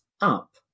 up